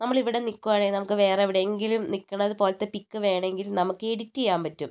നമ്മൾ ഇവിടെ നിൽക്കുവാണെങ്കിൽ നമുക്ക് വേറെ എവിടെയെങ്കിലും നിൽക്കുന്നത് പോലത്തെ പിക്ക് വേണമെങ്കിൽ നമുക്ക് എഡിറ്റ് ചെയ്യാൻ പറ്റും